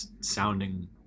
sounding